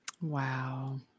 Wow